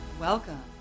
Welcome